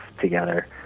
together